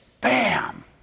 bam